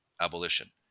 abolition